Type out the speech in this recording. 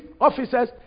officers